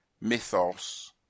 Mythos